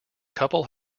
couple